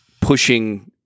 pushing –